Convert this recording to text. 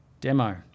demo